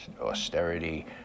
austerity